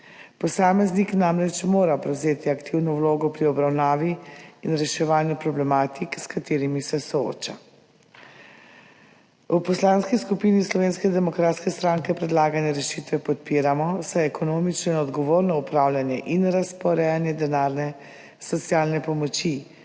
Posameznik namreč mora prevzeti aktivno vlogo pri obravnavi in reševanju problematik, s katerimi se sooča. V Poslanski skupini Slovenske demokratske stranke predlagane rešitve podpiramo, saj je ekonomično in odgovorno upravljanje in razporejanje denarne socialne pomoči,